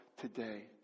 today